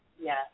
Yes